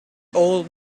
old